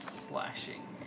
slashing